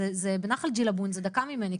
זה בנחל ג'ילבון זה דקה ממני,